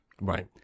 Right